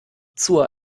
zur